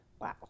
Wow